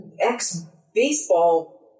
ex-baseball